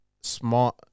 smart